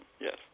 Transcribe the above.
Yes